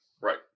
Right